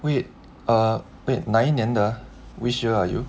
wait ah wait 哪一年的 which year are you